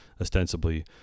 ostensibly